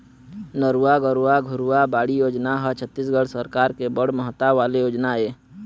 नरूवा, गरूवा, घुरूवा, बाड़ी योजना ह छत्तीसगढ़ सरकार के बड़ महत्ता वाले योजना ऐ